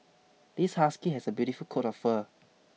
this husky has a beautiful coat of fur